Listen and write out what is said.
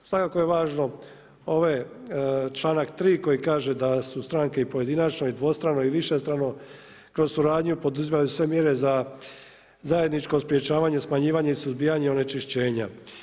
Svakako je važno ovaj članak 3. koji kaže da su stranke i pojedinačno i dvostrano i višestrano kroz suradnju poduzimali sve mjere za zajedničko sprječavanje, smanjivanje i suzbijanje onečišćenja.